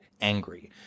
angry